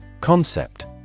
Concept